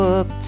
up